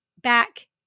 back